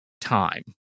time